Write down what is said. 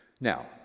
Now